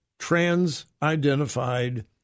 Trans-identified